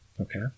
Okay